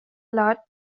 lot